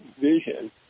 vision